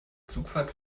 zugfahrt